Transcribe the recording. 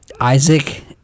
Isaac